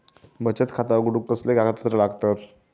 बचत खाता उघडूक कसले कागदपत्र लागतत?